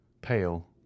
pale